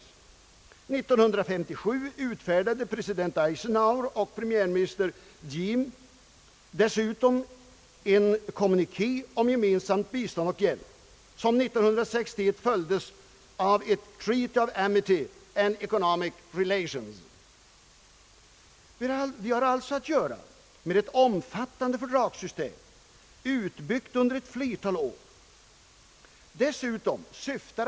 År 1957 utfärdade president Eisenhower och premiärminister Diem dessutom en kommuniké om gemensamt bistånd och hjälp, år 1961 följd av ett Treaty of amity and economic relations. Vi har alltså att göra med ett omfattande fördragssystem, utbyggt under ett flertal år.